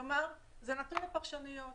כלומר, זה נתון לפרשנויות: